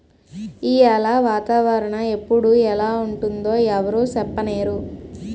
ఈయాల వాతావరణ ఎప్పుడు ఎలా ఉంటుందో ఎవరూ సెప్పనేరు